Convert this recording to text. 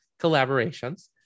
collaborations